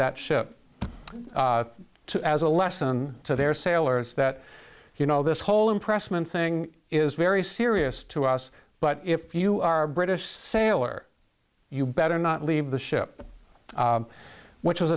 that ship to as a lesson to their sailors that you know this whole impressment thing is very serious to us but if you are a british sailor you better not leave the ship which